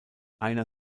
einer